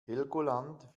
helgoland